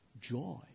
joy